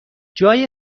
جای